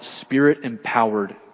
spirit-empowered